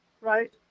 right